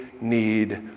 need